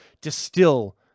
distill